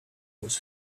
was